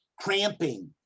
cramping